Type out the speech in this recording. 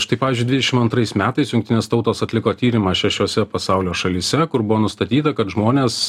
štai pavyzdžiui dvidešim antrais metais jungtinės tautos atliko tyrimą šešiose pasaulio šalyse kur buvo nustatyta kad žmonės